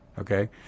okay